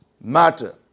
matter